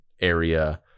area